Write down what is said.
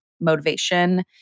motivation